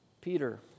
Peter